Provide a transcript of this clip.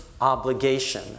Obligation